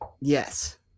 Yes